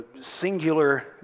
singular